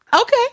Okay